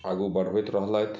आगू बढ़बैत रहलथि